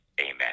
Amen